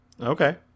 Okay